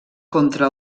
contra